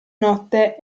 notte